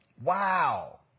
Wow